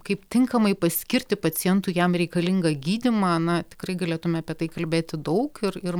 kaip tinkamai paskirti pacientui jam reikalingą gydymą na tikrai galėtume apie tai kalbėti daug ir ir